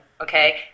okay